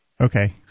okay